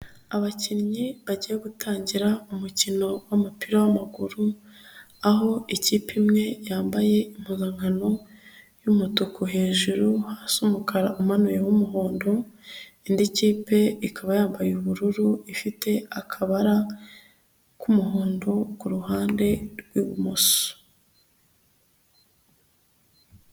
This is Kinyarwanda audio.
Abakinnyi bagiye gutangira umukino w'umupira w'amaguru, aho ikipe imwe yambaye impokano y'umutuku hejuru, hasi umukara umanuye umuhondo, indi kipe ikaba yambaye ubururu, ifite akabara k'umuhondo ku ruhande rw'ibumoso.